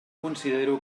considero